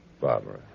Barbara